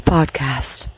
Podcast